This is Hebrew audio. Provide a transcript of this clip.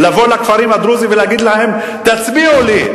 לבוא לכפרים הדרוזיים ולהגיד להם: תצביעו לי,